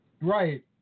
Right